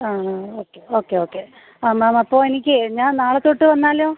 ആ ആ okay okay okay ആ മേം അപ്പോൾ എനിക്ക് ഞാൻ നാളെ തൊട്ട് വന്നാലോ